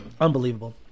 Unbelievable